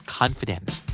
confidence